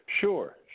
Sure